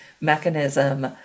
mechanism